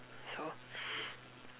so